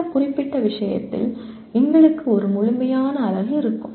இந்த குறிப்பிட்ட விஷயத்தில் எங்களுக்கு ஒரு முழுமையான அலகு இருக்கும்